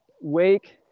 Wake